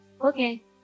Okay